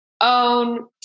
own